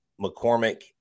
McCormick